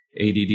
ADD